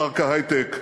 פארק ההיי-טק,